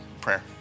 prayer